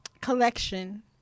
collection